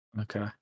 okay